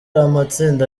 amatsinda